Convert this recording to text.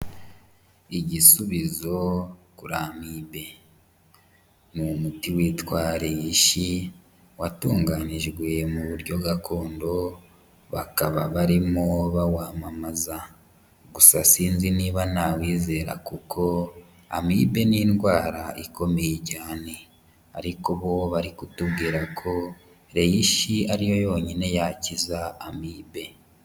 Igisubizo kuri amibe. Ni umuti witwa Reishi watunganijwe mu buryo gakondo, bakaba barimo bawamamaza. Gusa sinzi niba nawizera kuko amibe ni indwara ikomeye cyane. Ariko ho bari kutubwira ko Reishi ari yo yonyine yakiza amibe.